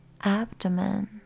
abdomen